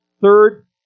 Third